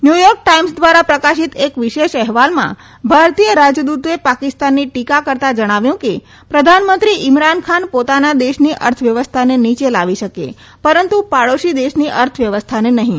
ન્યૂચોર્ક Times દ્વારા પ્રકાશિત એક વિશેષ અહેવાલમાં ભારતીય રાજદ્રતે પાકિસ્તાનની ટીકા કરતાં જણાવ્યું કે પ્રધાનમંત્રી ઈમરાન ખાન પોતાના દેશની અર્થવ્યવસ્થાને નીચે લાવી શકે પરંતુ પડોશી દેશની અર્થવ્યવસ્થાને નહીં